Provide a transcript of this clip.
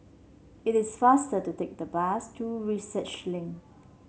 it is faster to take the bus to Research Link